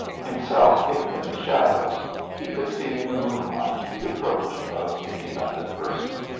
himself hidden in the shadows he could see in the moonlight the approach of any other person.